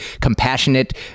compassionate